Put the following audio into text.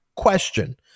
question